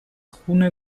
خون